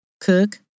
cook